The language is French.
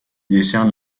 décerne